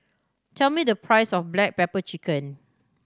tell me the price of black pepper chicken